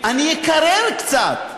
אני אקרר קצת,